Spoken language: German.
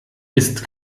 ist